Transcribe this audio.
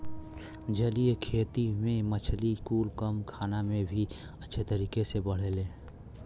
जलीय खेती में मछली कुल कम खाना में भी अच्छे तरीके से बढ़ेले